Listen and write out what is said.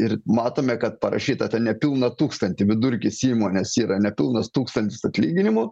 ir matome kad parašyta ten nepilną tūkstantį vidurkis įmonės yra nepilnas tūkstantis atlyginimo